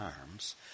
arms